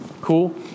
Cool